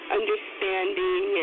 understanding